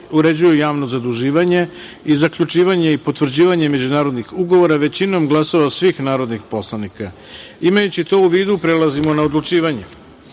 uređuje javno zaduživanje i zaključivanje i potvrđivanje međunarodnih ugovora većinom glasova svih narodnih poslanika. Imajući to u vidu prelazimo na odlučivanje. Druga